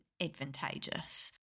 advantageous